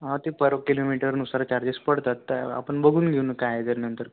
हा ते पर किलोमीटरनुसार चार्जेस पडतात तर आपण बघून घेऊ मग काय जर नंतर